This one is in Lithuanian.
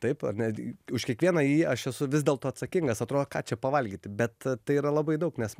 taip ar ne už kiekvieną jį aš esu vis dėlto atsakingas atro ką čia pavalgyti bet tai yra labai daug nes